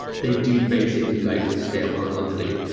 they do basically like all scale horizontally.